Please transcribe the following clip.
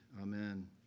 Amen